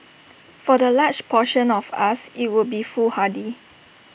for the large portion of us IT would be foolhardy